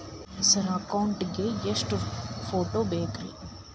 Sir account ಗೇ ಎಷ್ಟು photo ಬೇಕ್ರಿ?